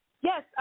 Yes